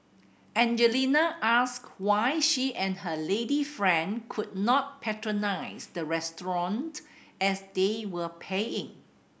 Angelina asked why she and her lady friend could not patronise the restaurant as they were paying